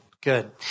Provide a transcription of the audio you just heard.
Good